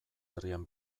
herrian